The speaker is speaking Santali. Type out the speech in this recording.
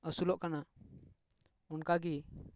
ᱟᱹᱥᱩᱞᱚᱜ ᱠᱟᱱᱟ ᱚᱱᱠᱟᱜᱮ